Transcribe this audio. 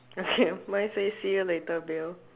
okay mine say see you later bill